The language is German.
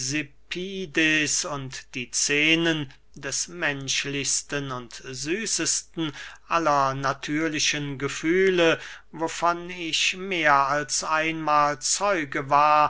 und die scenen des menschlichsten und süßesten aller natürlichen gefühle wovon ich mehr als einmahl zeuge war